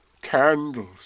candles